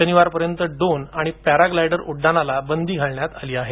शनिवारपर्यंत ड्रोन आणि paraglider उड्डाणास बंदी घालण्यात आली आहे